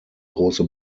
große